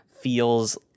feels